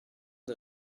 des